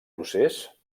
procés